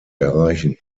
erreichen